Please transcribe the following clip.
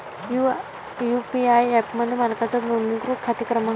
UPI ॲपमध्ये मालकाचा नोंदणीकृत खाते क्रमांक टाका